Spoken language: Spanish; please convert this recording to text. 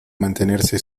mantenerse